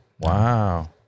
Wow